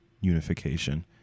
unification